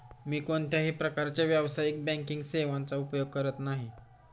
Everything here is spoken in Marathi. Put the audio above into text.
मी कोणत्याही प्रकारच्या व्यावसायिक बँकिंग सेवांचा उपयोग करत नाही